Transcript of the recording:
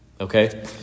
Okay